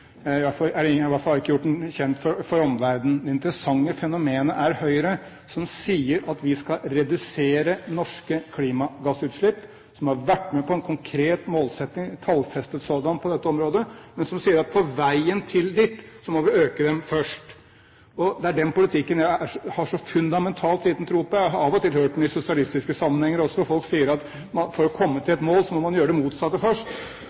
i hvert fall har de ikke gjort den kjent for omverdenen. Det interessante fenomenet er Høyre som sier at vi skal redusere norske klimagassutslipp, som har vært med på en konkret målsetting – tallfestet sådan – på dette området, men som sier at på veien dit må vi øke dem først. Det er den politikken jeg har så fundamentalt liten tro på. Jeg har av og til hørt det i sosialistiske sammenhenger også. Folk sier at for å komme til et mål, må man gjøre det motsatte først.